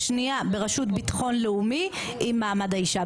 השנייה בראשות ביטחון לאומי עם מעמד האישה.